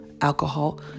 alcohol